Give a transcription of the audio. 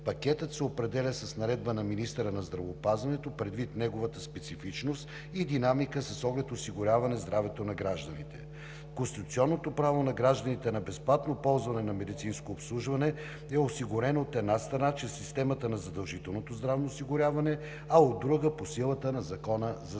Пакетът се определя с наредба на министъра на здравеопазването, предвид неговата специфичност и динамика с оглед осигуряване здравето на гражданите. Конституционното право на гражданите на безплатно ползване на медицинско обслужване е осигурено, от една страна, чрез системата на задължителното здравно осигуряване, а от друга, по силата на Закона за здравето.